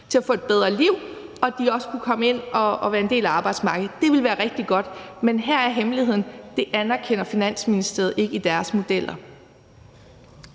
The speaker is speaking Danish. til at få et bedre liv og også komme ind på og være en del af arbejdsmarkedet – ville det være rigtig godt. Men her er hemmeligheden: Det anerkender Finansministeriet ikke i deres modeller.